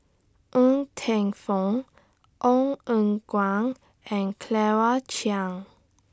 Ng Teng Fong Ong Eng Guan and Claire Chiang